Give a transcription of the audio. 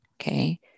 okay